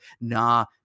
Nah